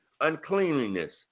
uncleanliness